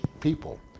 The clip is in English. people